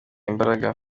imbaraga